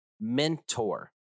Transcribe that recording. mentor